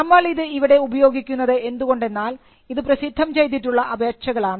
നമ്മൾ ഇത് ഇവിടെ ഉപയോഗിക്കുന്നത് എന്തുകൊണ്ടെന്നാൽ ഇത് പ്രസിദ്ധം ചെയ്തിട്ടുള്ള അപേക്ഷകളാണ്